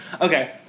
Okay